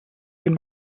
den